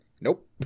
nope